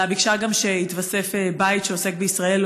אלא גם ביקשה שיתווסף בית שעוסק בישראל,